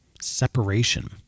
separation